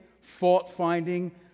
fault-finding